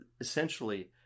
essentially